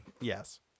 Yes